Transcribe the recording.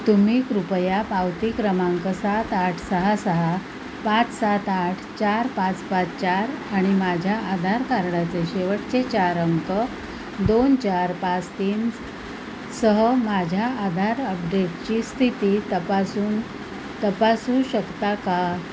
तुम्ही कृपया पावती क्रमांक सात आठ सहा सहा पाच सात आठ चार पाच पाच चार आणि माझ्या आधार कार्डाचे शेवटचे चार अंक दोन चार पाच तीन सह माझ्या आधार अपडेटची स्थिती तपासून तपासू शकता का